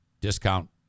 Discount